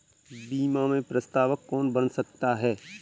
बीमा में प्रस्तावक कौन बन सकता है?